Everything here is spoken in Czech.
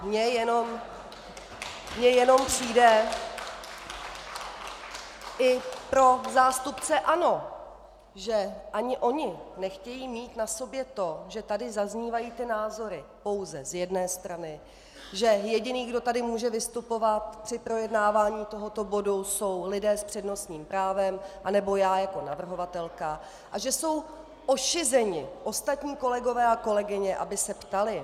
Mně jenom přijde i pro zástupce ANO, že ani oni nechtějí mít na sobě to, že tady zaznívají názory pouze z jedné strany, že jediný, kdo tady může vystupovat při projednávání tohoto bodu, jsou lidé s přednostním právem nebo já jako navrhovatelka a že jsou ošizeni ostatní kolegové a kolegyně, aby se ptali.